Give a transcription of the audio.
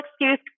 excuse